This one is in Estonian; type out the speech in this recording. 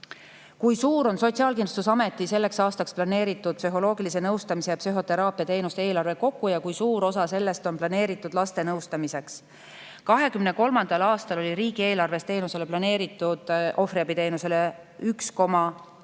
Kui suur on Sotsiaalkindlustusameti selleks aastaks planeeritud psühholoogilise nõustamise ja psühhoteraapia teenuste eelarve kokku ja kui suur osa sellest on planeeritud laste nõustamiseks? 2023. aastal oli riigieelarves ohvriabiteenusele planeeritud 1 388 000 eurot.